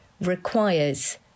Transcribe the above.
requires